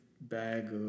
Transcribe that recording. bag